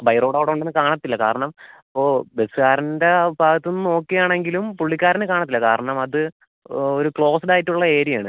by road അവിടെ ഉണ്ടെന്ന് കാണത്തില്ല കാരണം ഓ ബസ്സുകാരൻ്റെ ആ ഭാഗത്തുനിന്ന് നോക്കിയാൽ ആണെങ്കിലും പുള്ളിക്കാരന് കാണത്തില്ല കാരണം അത് ഒരു ക്ലോസ്ഡ് ആയിട്ടുള്ള ഏരിയ ആണ്